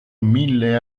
mille